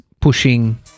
pushing